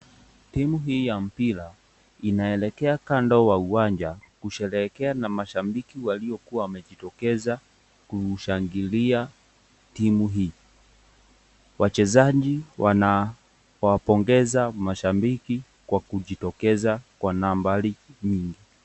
Timu hii ya mpira inaelekea kando wa uwanja kusherehekea na mashambiki waliokuwa wamejitokeza kushangilia timu hii. Wachezaji wanawapongeza mashambiki kwa kujitokeza kwa nambari mingi.